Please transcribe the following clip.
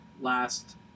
last